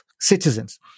citizens